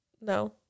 No